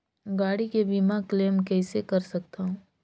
गाड़ी के बीमा क्लेम कइसे कर सकथव?